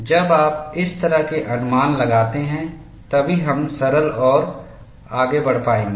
जब आप इस तरह के अनुमान लगाते हैं तभी हम सरल और आगे बढ़ पाएंगे